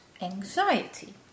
anxiety